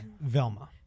Velma